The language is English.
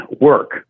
work